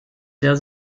der